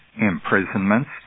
imprisonments